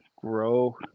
grow